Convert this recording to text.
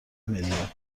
میلیون